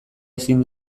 ezin